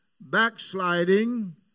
backsliding